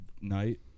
night